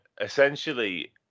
essentially